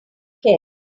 care